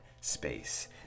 space